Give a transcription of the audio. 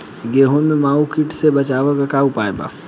गेहूँ में माहुं किट से बचाव के का उपाय बा?